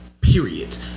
Period